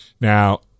Now